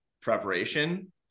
preparation